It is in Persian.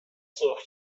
سرخ